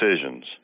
decisions